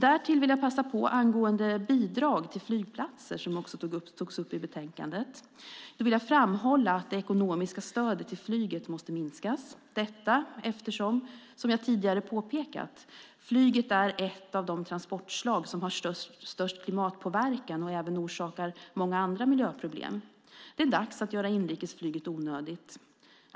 Därtill vill jag angående bidrag till flygplatser, som också tas upp i betänkandet, passa på att framhålla att det ekonomiska stödet till flyget måste minska, detta eftersom, som jag tidigare påpekat, flyget är ett av de transportslag som har störst klimatpåverkan och även orsakar många andra miljöproblem. Det är dags att göra inrikesflyget onödigt.